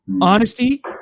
Honesty